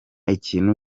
ikintu